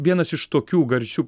vienas iš tokių garsių